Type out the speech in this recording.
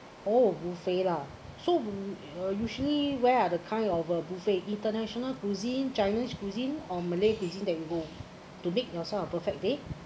oh buffet lah so uh usually where are the kind of a buffet international cuisine chinese cuisine or malay cuisine that you go to make yourself a perfect day